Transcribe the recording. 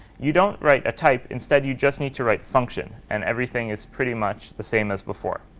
you don't write a type. instead, you just need to write function, and everything is pretty much the same as before.